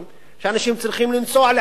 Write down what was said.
ואנשים צריכים לנסוע לחיפה,